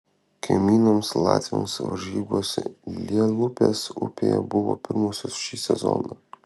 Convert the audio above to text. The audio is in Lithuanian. kaimynams latviams varžybos lielupės upėje buvo pirmosios šį sezoną